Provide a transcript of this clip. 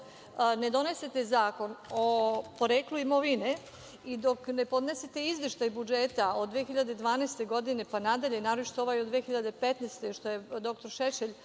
ne donesete zakon o poreklu imovine i dok ne podnesete izveštaj budžeta od 2012. godine pa nadalje, naročito ovaj od 2015. godine, što je dr Šešelj